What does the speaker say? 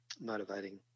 motivating